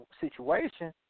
situation